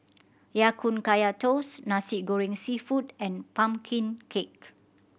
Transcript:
Ya Kun Kaya Toast Nasi Goreng Seafood and pumpkin cake